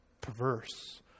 perverse